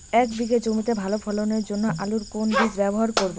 এক বিঘে জমিতে ভালো ফলনের জন্য আলুর কোন বীজ ব্যবহার করব?